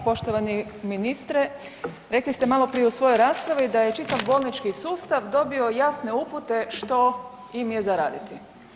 Poštovani ministre rekli ste maloprije u svojoj raspravi da je čitav bolnički sustav dobio jasne upute što im je za raditi.